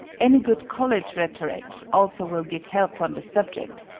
any good college rhetoric also will give help on the subject,